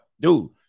dude